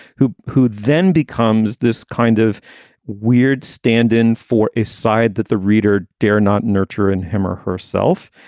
who who then becomes this kind of weird stand in for a side that the reader dare not nurture in him or herself.